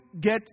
get